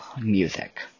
music